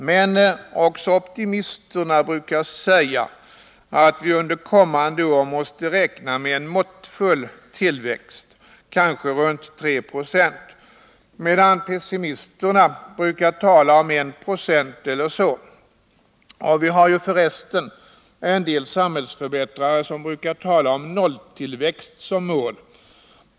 Men också optimisterna brukar säga att vi under kommande år måste räkna med en måttfull tillväxt, kanske runt 3 26, medan pessimisterna brukar tala om 1 96. Vi har ju förresten en del samhällsförbättrare som brukar tala om nolltillväxt som mål.